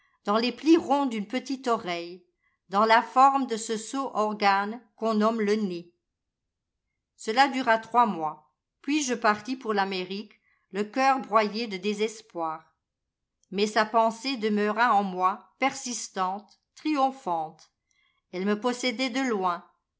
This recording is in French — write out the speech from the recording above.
dans les plis ronds d'une petite oreille dans la forme de ce sot organe qu'on nomme le nez cela dura trois mois puis je partis pour l'amérique le cœur broyé de désespoir mais sa pensée demeura en moi persistante triomphante elle me possédait de loin